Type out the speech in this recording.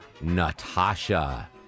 Natasha